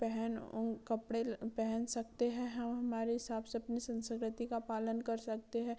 पहन कपड़े पहन सकते हैं हम हमारे हिसाब से अपनी संस्कृति का पालन कर सकते हैं